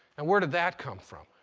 and where did that come from?